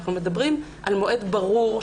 אנחנו מדברים על מועד ברור,